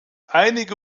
einige